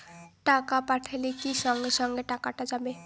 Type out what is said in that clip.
টাকা পাঠাইলে কি সঙ্গে সঙ্গে টাকাটা যাবে?